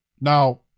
Now